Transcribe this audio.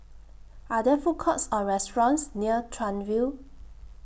Are There Food Courts Or restaurants near Chuan View